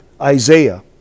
Isaiah